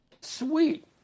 Sweet